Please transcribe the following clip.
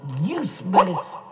useless